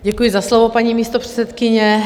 Děkuji za slovo, paní místopředsedkyně.